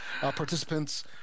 Participants